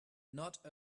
not